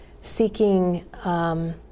seeking